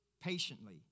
patiently